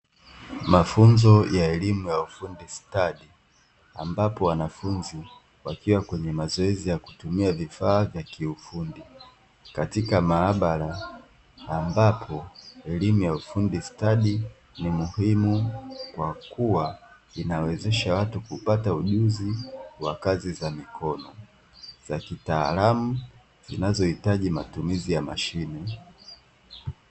Mafunzo ya elimu ya ufundi stadi, ambapo wanafunzi wakiwa kwenye mazoezi ya kutumia vifaa vya kiufundi, katika maabara ambapo elimu ya ufundi stadi ni muhimu kwa kuwa inawezesha watu kupata ujuzi wa kazi za mikono za kitaalamu, zinazohitaji matumizi ya mashine.